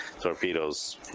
torpedoes